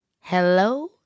Hello